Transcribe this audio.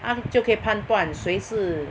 她就可以判断谁是